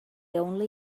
only